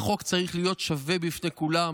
החוק צריך להיות שווה לכולם.